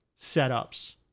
setups